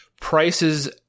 Prices